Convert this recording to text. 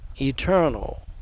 Eternal